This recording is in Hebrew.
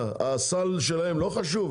מה, הסל שלהם לא חשוב?